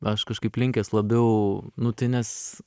aš kažkaip linkęs labiau nu tai nes